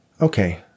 Okay